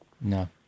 No